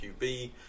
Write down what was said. QB